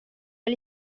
gli